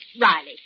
Riley